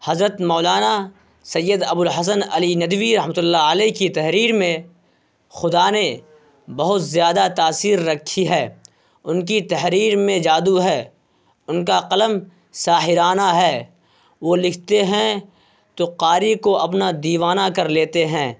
حضرت مولانا سید ابو الحسن علی ندوی رحمتہ اللہ علیہ کی تحریر میں خدا نے بہت زیادہ تاثیر رکھی ہے ان کی تحریر میں جادو ہے ان کا قلم ساحرانہ ہے وہ لکھتے ہیں تو قاری کو اپنا دیوانہ کر لیتے ہیں